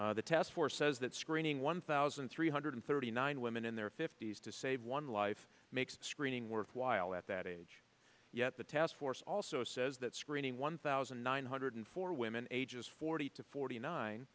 the test for says that screening one thousand three hundred thirty nine women in their fifty's to save one life makes the screening worthwhile at that age yet the task force also says that screening one thousand nine hundred for women ages forty to forty nine